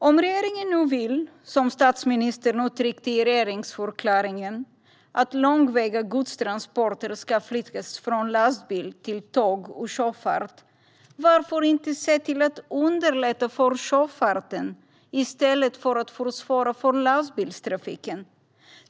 Om regeringen nu vill, som statsministern uttryckte i regeringsförklaringen, att långväga godstransporter ska flyttas från lastbil till tåg och sjöfart undrar jag varför man inte ser till att underlätta för sjöfarten i stället för att försvåra för lastbilstrafiken.